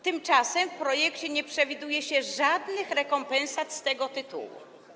Tymczasem w projekcie nie przewiduje się żadnych rekompensat z tego tytułu.